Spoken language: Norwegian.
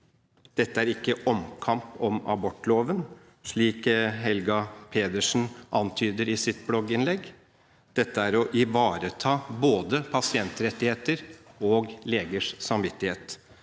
Dette er ikke omkamp om abortloven, slik Helga Pedersen antyder i sitt blogginnlegg, dette er å ivareta både pasient rettigheter og legers samvittighet.